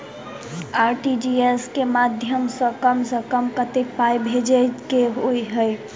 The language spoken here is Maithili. आर.टी.जी.एस केँ माध्यम सँ कम सऽ कम केतना पाय भेजे केँ होइ हय?